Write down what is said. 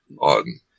on